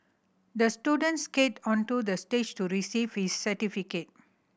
the student skated onto the stage to receive his certificate